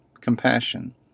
compassion